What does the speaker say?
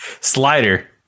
Slider